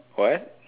what